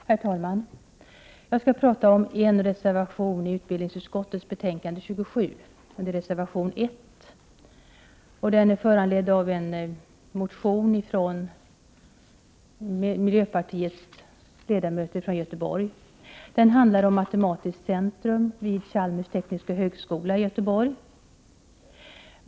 Herr talman! Jag skall prata om en reservation i utbildningsutskottets betänkande 27, nämligen reservation 1. Den är föranledd av en motion av miljöpartiets ledamöter från Göteborg och handlar om matematiskt centrum vid Chalmers tekniska högskola i Göteborg.